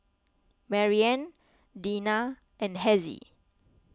Maryann Dinah and Hezzie